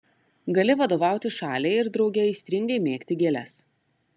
gali vadovauti šaliai ir drauge aistringai mėgti gėles